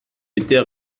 était